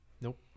Nope